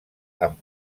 amb